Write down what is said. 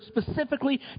specifically